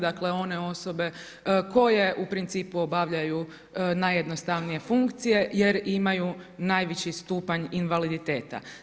Dakle one osobe koje u principu obavljaju najjednostavnije funkcije jer imaju najviši stupanj invaliditeta.